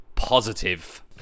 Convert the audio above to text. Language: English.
Positive